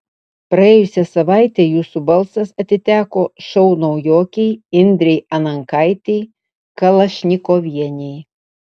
praėjusią savaitę jūsų balsas atiteko šou naujokei indrei anankaitei kalašnikovienei